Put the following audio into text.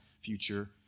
future